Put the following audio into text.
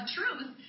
truth